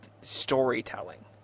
storytelling